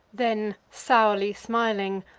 then, sourly smiling,